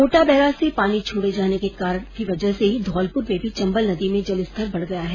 Kota barrage से पानी छोड़े जाने की वजह से ही धौलपुर में भी चंबल नदी में जलस्तर बढ़ रहा है